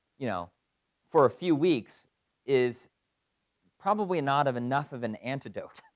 you know for a few weeks is probably not of enough of an antidote,